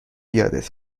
یادت